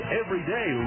everyday